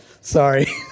Sorry